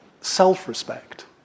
self-respect